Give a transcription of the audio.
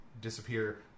disappear